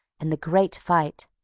and the great fight!